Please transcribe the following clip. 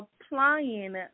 applying